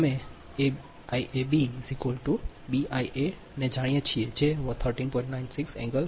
અમે ઇબ 2 બી આઈએ 2 ને જાણીએ છીએ જે 13